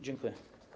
Dziękuję.